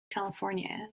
california